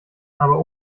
aber